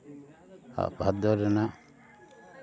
ᱵᱷᱟᱫᱚᱨ ᱨᱮᱱᱟᱜ